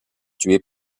tués